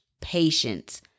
patience